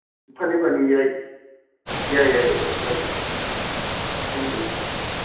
ꯐꯅꯤ ꯐꯅꯤ ꯌꯥꯏ ꯌꯥꯏ ꯌꯥꯏ ꯑꯣꯖꯥ ꯇꯧꯁꯤ ꯇꯧꯁꯤ ꯊꯦꯡꯀ꯭ꯌꯨ ꯁꯔ